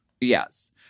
Yes